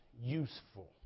useful